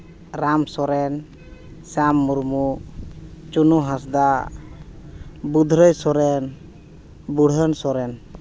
Ram Soren Sam Murmu Chunu Hansda Budhrai Soren Burhan Soren